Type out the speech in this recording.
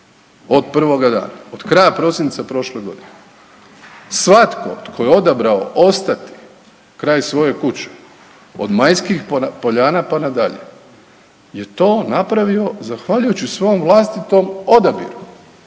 od prvoga dana, od kraja prosinca prošle godine. Svatko tko je odabrao ostati kraj svoje kuće od Majskih poljana pa na dalje je to napravio zahvaljujući svom vlastitom odabiru